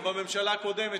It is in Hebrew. זה עוד מהממשלה הקודמת,